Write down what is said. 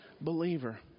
believer